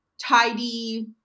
tidy